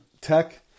Tech